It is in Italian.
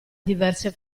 diverse